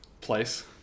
place